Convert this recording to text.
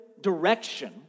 direction